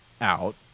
out